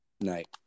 Night